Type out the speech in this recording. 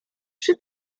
przy